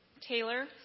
Taylor